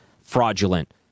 fraudulent